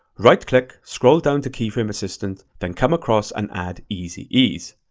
right click, scroll down to keyframe assistant, then come across and add easy ease.